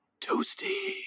toasty